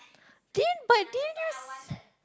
didn't but didn't you s~